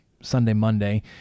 Sunday-Monday